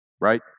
right